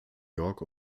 york